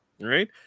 right